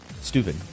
stupid